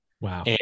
Wow